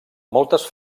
moltes